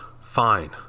Fine